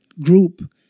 group